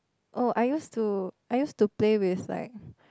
oh I used to I used to play with like